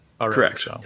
Correct